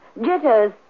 Jitters